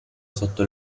sotto